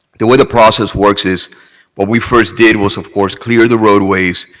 the way the process works is what we first did was, of course, clear the roadways,